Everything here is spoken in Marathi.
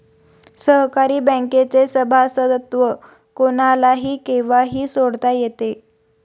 सहकारी बँकेचे सभासदत्व कोणालाही केव्हाही सोडता येते